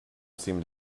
seemed